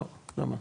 למה?